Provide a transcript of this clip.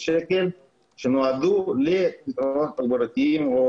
שנועדו לפתרונות תחבורתיים.